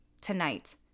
tonight